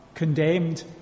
Condemned